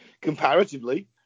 Comparatively